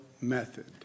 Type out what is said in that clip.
method